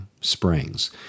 springs